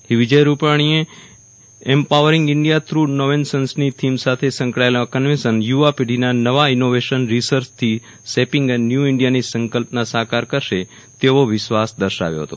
શ્રી વિજય રૂપાણીએ empowering India through નોવેશન્સની theme સાથે સંકળાયેલું આ કન્વેન્શન યુવા પેઢીના નવા ઇનોવેશન રિસર્ચથી શેપીંગ એ ન્યૂ ઇન્ડિયાની સંકલ્પના સાકાર કરશે તેવો વિશ્વાસ દર્શાયો હતો